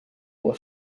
were